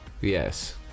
Yes